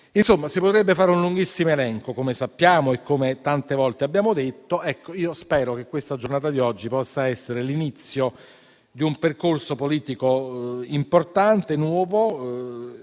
Insomma, si potrebbe fare un lunghissimo elenco, come sappiamo e come tante volte abbiamo detto. Ecco, io spero che la giornata di oggi possa essere l'inizio di un percorso politico importante, nuovo